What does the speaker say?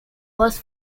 was